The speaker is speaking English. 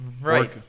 right